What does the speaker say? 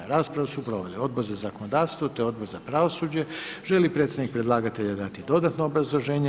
Raspravu su proveli Odbor za zakonodavstvo, te Odbor za pravosuđe, želi li predstavnik predlagatelja dati dodatno obrazloženje?